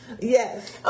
Yes